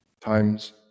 times